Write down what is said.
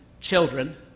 children